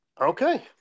Okay